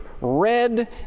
red